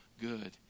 good